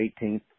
18th